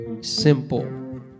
simple